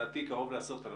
אולי עשרת אלפים.